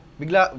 bigla